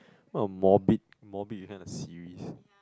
what a morbid morbid you kind of series